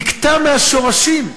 נקטע מהשורשים.